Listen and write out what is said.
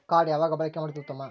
Card ಯಾವಾಗ ಬಳಕೆ ಮಾಡುವುದು ಉತ್ತಮ?